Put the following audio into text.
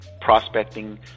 prospecting